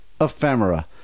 ephemera